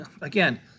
again